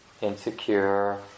insecure